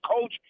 coach